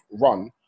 run